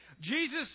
Jesus